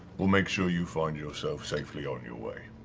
we'll make sure you find yourself safely on your way?